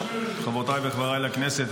חברותיי וחבריי לכנסת,